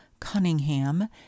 Cunningham